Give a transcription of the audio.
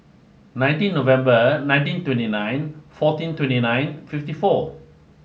nineteen November nineteen twenty nine fourteen twenty nine fifty four